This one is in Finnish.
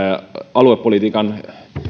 aluepolitiikan